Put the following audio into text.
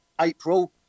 April